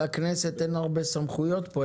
לכנסת אין הרבה סמכויות פה,